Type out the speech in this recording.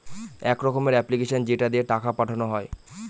এক রকমের এপ্লিকেশান যেটা দিয়ে টাকা পাঠানো হয়